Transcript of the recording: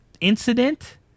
incident